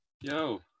Yo